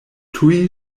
tuj